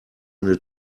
eine